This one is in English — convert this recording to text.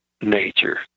nature